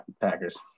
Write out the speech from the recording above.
Packers